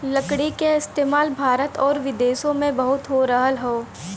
लकड़ी क इस्तेमाल भारत आउर विदेसो में बहुत हो रहल हौ